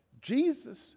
Jesus